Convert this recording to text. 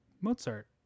Mozart